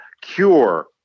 cure